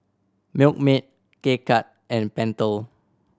Milkmaid K Cut and Pentel